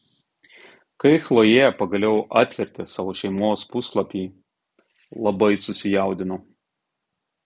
kai chlojė pagaliau atvertė savo šeimos puslapį labai susijaudino